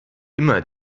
immer